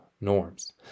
norms